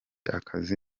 akazi